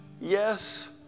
yes